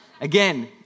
Again